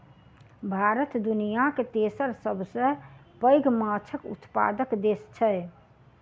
भारत दुनियाक तेसर सबसे पैघ माछक उत्पादक देस छै